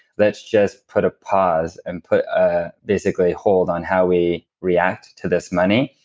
let's just put a pause and put a basically hold on how we react to this money,